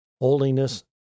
holiness